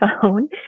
phone